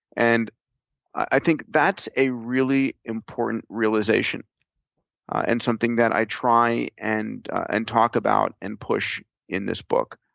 and i think that's a really important realization and something that i try and and talk about and push in this book,